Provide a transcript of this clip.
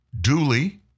duly